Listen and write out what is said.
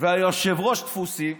והיושב-ראש תפוסים,